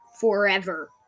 forever